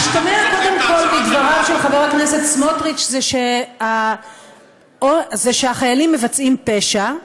המשתמע מדבריו של חבר הכנסת סמוטריץ הוא שהחיילים מבצעים פשע,